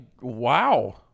wow